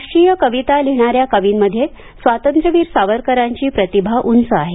राष्ट्रीय कविता लिहिणाऱ्या कवींमध्ये स्वातंत्र्यवीर सावरकरांची प्रतिभा उंच आहे